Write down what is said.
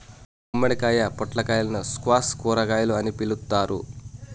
గుమ్మడికాయ, పొట్లకాయలను స్క్వాష్ కూరగాయలు అని పిలుత్తారు